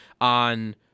on